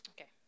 Okay